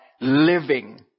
living